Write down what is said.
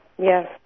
yes